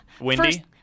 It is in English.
windy